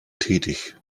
tätig